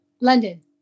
London